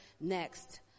next